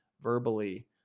verbally